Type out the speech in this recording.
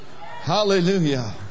Hallelujah